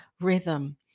rhythm